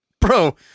Bro